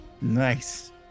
Nice